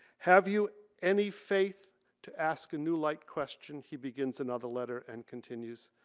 have you any faith to ask a new light question, he begins another letter and continues.